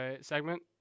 segment